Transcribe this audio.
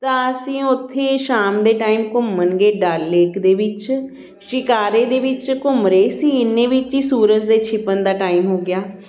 ਤਾਂ ਅਸੀਂ ਉੱਥੇ ਹੀ ਸ਼ਾਮ ਦੇ ਟਾਈਮ ਘੁੰਮਣ ਗਏ ਡਲ ਲੇਕ ਦੇ ਵਿੱਚ ਸ਼ਿਕਾਰੇ ਦੇ ਵਿੱਚ ਘੁੰਮ ਰਹੇ ਸੀ ਇੰਨੇ ਵਿੱਚ ਹੀ ਸੂਰਜ ਦੇ ਛਿਪਣ ਦਾ ਟਾਈਮ ਹੋ ਗਿਆ